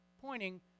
pointing